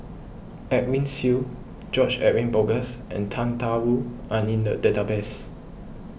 Edwin Siew George Edwin Bogaars and Tang Da Wu are in the database